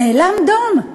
נאלם דום.